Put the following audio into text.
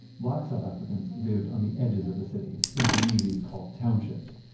black south africans lived on the edges of the city in communities called townships.